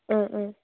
ꯑꯥ ꯑꯥ